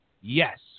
Yes